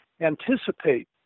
anticipate